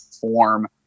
form